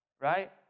right